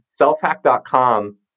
selfhack.com